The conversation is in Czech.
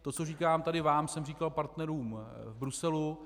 To, co říkám tady vám, jsem říkal partnerům v Bruselu.